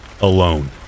alone